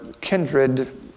kindred